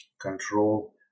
Control